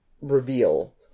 reveal